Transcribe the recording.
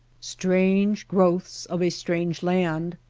strange growths of a strange land!